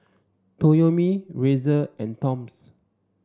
Toyomi Razer and Toms